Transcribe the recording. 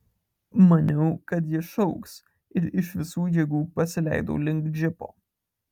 maniau kad ji šauks ir iš visų jėgų pasileidau link džipo